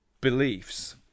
beliefs